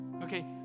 Okay